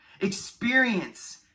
Experience